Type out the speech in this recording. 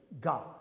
God